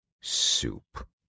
Soup